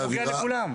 זה נוגע לכולם.